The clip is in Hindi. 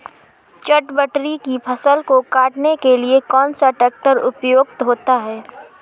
चटवटरी की फसल को काटने के लिए कौन सा ट्रैक्टर उपयुक्त होता है?